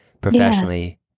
professionally